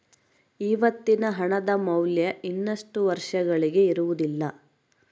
ಇವತ್ತಿನ ಹಣದ ಮೌಲ್ಯ ಇನ್ನಷ್ಟು ವರ್ಷಗಳಿಗೆ ಇರುವುದಿಲ್ಲ